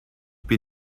bin